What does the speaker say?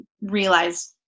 realize